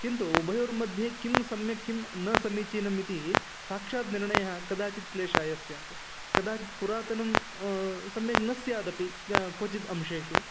किन्तु उभयोर्मध्ये किं सम्यक् किं न समीचीनम् इति साक्षात् निर्णयः कदाचित् क्लेशाय स्यात् कदाचित् पुरातनं सम्यक् न स्यादपि क्वचिद् अंशेषु